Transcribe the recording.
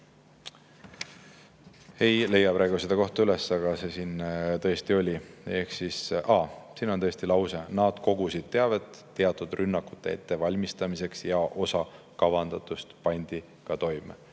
ei leia praegu seda kohta üles, aga see siin tõesti oli. Aa, siin on tõesti lause, et nad kogusid teavet teatud rünnakute ettevalmistamiseks ja osa kavandatust pandi ka toime.